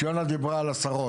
כי ציונה דיברה על עשרות.